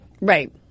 Right